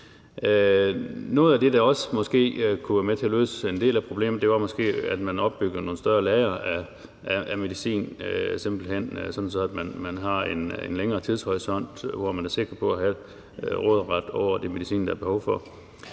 Noget af det, der måske også kunne være med til at løse en del af problemet, er, at man simpelt hen opbygger nogle større lagre af medicin, sådan at man har en længere tidshorisont i forhold til at være sikker på at have råderet over den medicin, der er behov for.